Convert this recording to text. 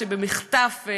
שבמחטף,